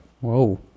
Whoa